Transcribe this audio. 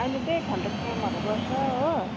अहिले त्यही फाल्टो कामहरू गर्छ हो